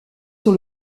sur